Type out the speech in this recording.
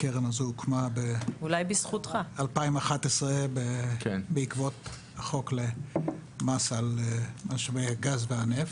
הקרן הזאת הוקמה ב-2011 בעקבות החוק למס על משאבי הגז והנפט,